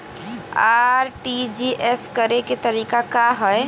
RTGS करे के तरीका का हैं?